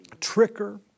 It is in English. tricker